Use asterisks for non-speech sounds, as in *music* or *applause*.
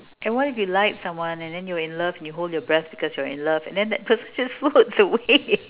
and why you like someone and then you're in love and you hold your breath because you're in love and then that person just floats away *laughs*